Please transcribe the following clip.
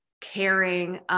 caring